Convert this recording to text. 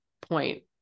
point